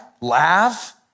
laugh